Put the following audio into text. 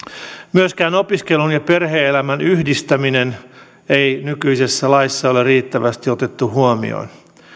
myöskään opiskelun ja perhe elämän yhdistämistä ei nykyisessä laissa ole riittävästi otettu huomioon